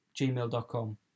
gmail.com